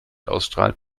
ausstrahlt